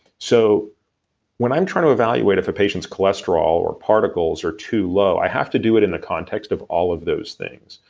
so when i'm trying to evaluate if a patient's cholesterol or particles are too low, i have to do it in the context of all of those things.